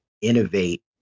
innovate